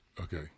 Okay